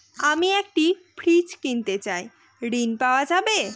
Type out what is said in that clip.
আমি একটি ফ্রিজ কিনতে চাই ঝণ পাওয়া যাবে?